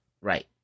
Right